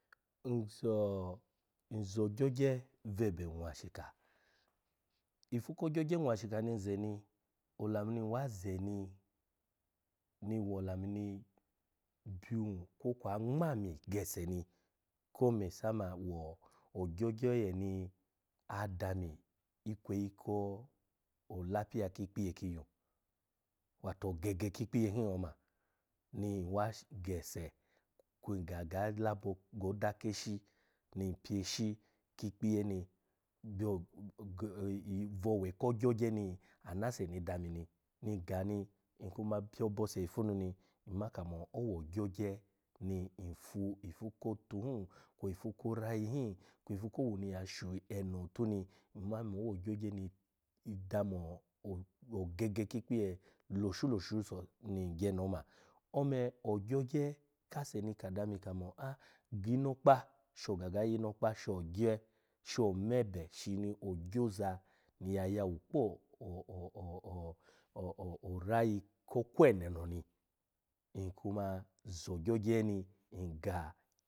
Nzo, nzo ogyogye bwebe nwashika. Ifu ko ogyogye nwashika ni nze ni olamu na nwa ze ni ni wo olamu ni byun kwo kwa angma ami gese ni ko mai sama ni wo agyogye oye ni adami ikweyi ko olapiya ki ikpiye ki iyun wato ogege ki ikpiyo hin oma ni nwa gese ni kun gaga goda keshi ni pyeshi ki ikpiye ni byo bwo owe ko ogyogye ni ana ase ni dami ni ngga ni nkuma pyo obose ifu nu ni nma kamo owo ogyogye ni nfu kotu hin kjwi ifu ko orayi hin kwi ifu ko owu ni nyya shu eno, otu ni nma mo owo ogyogye ni damo o-o ogeg ki ikpiye loshu loshu ni nggye ni oma. Ome ogyogye kase ni kada ami kanu a gi inokpa sho ga ga yi inokpa sho gye sho omebe shi ni ogyo za ni ya yawu kpo o- o- o- o- o- arayi ko kwe neno ni nku ma nzo ogyogye in ngga.